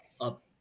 up